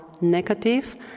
negative